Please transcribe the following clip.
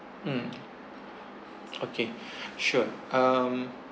mm okay sure um